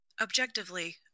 Objectively